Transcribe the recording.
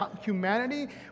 humanity